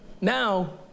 now